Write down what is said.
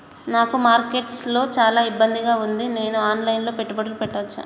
నాకు మార్కెట్స్ లో చాలా ఇబ్బందిగా ఉంది, నేను ఆన్ లైన్ లో పెట్టుబడులు పెట్టవచ్చా?